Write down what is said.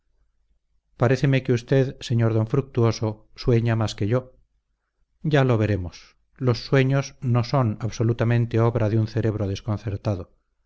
paréceme que usted sr d fructuoso sueña más que yo ya lo veremos los sueños no son absolutamente obra de un cerebro desconcertado